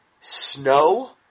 Snow